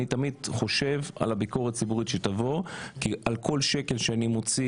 אני תמיד חושב על הביקורת הציבורית שתבוא כי על כל שקל שאני מוציא